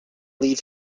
leave